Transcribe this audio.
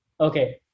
okay